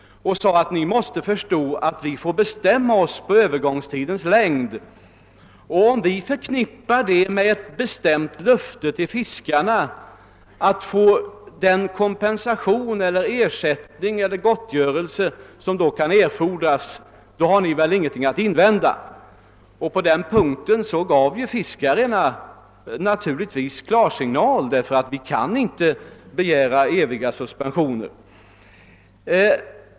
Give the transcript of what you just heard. Jag sade att de måste förstå att vi måste bestämma oss beträffande övergångstidens längd. Om det förknippas med ett bestämt löfte till fiskarna att få den kompensation, ersättning eller gottgörelse som då kan erfordras finns det väl ingenting att invända. På den punkten gav ju fiskarna klarsignal, därför att de insåg att vi inte kan begära eviga suspensioner.